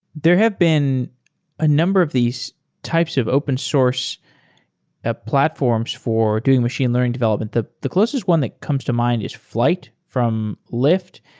there have been a number of these types of open source ah platforms for doing machine learning development. the the closest one that comes to mind is flyte, from lyft.